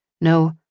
No